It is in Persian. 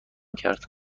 کرد